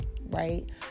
right